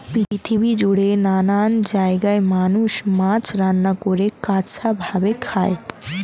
পৃথিবী জুড়ে নানান জায়গায় মানুষ মাছ রান্না করে, কাঁচা ভাবে খায়